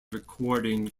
recording